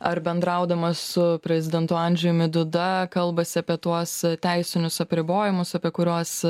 ar bendraudamas su prezidentu andžejumi duda kalbasi apie tuos teisinius apribojimus apie kuriuos